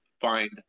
find